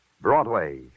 Broadway